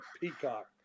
Peacock